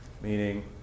meaning